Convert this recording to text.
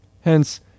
Hence